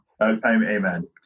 amen